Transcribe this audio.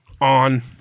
On